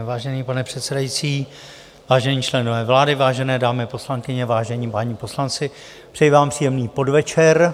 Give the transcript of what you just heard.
Vážený pane předsedající, vážení členové vlády, vážené dámy poslankyně, vážení páni poslanci, přeji vám příjemný podvečer.